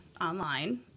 online